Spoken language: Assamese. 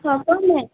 হ'ব মেম